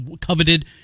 coveted